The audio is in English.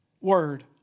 word